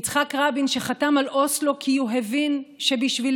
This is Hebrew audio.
יצחק רבין חתם על אוסלו כי הוא הבין שבשביל